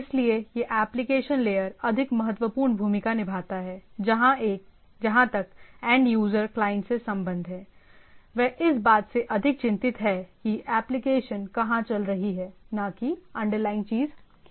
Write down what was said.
इसलिए यह application layer अधिक महत्वपूर्ण भूमिका निभाता है जहां तक एंड यूजर क्लाइंट से संबंध है वह इस बात से अधिक चिंतित है कि यह एप्लीकेशन कहां चल रही है ना की अंडरलाइनग चीज क्या है